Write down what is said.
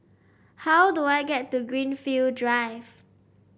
how do I get to Greenfield Drive